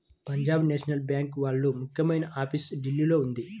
Punjab National Bank వాళ్ళ ముఖ్యమైన office ఢిల్లీలో ఉంది